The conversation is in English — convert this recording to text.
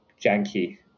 janky